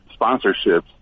sponsorships